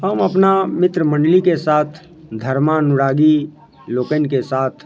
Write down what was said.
हम अपना मित्रमण्डलीके साथ धर्मनुरागी लोकनिके साथ